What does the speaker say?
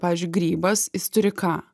pavyzdžiui grybas jis turi ką